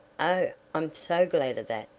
oh, i'm so glad of that,